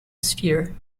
sphere